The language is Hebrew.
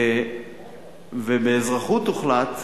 ובאזרחות הוחלט,